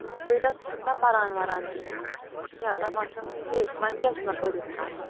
دوٚپمَس بیٹا ژٕ چھَکھ نا پَران وَران کِہیٖنۍ کیٛاہ دَپان چھَم ہے وۄنۍ کیٛاہ چھُ مےٚ پٔرِتھ کَرُن